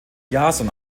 jason